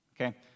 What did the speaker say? Okay